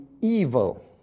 evil